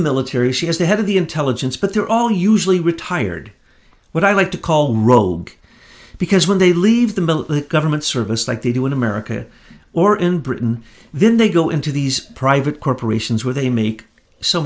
military she is the head of the intelligence but they're all usually retired what i like to call rogue because when they leave the mill government service like they do in america or in britain then they go into these private corporations where they make so